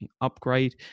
upgrade